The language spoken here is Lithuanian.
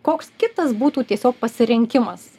koks kitas būtų tiesiog pasirinkimas